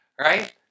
Right